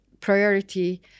priority